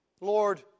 Lord